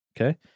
Okay